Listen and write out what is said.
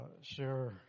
share